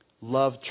love